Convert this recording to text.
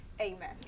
Amen